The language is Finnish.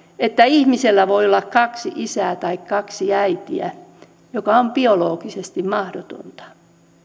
että ihmisellä voi olla kaksi isää tai kaksi äitiä mikä on biologisesti mahdotonta